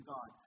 God